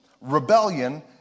rebellion